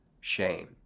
shame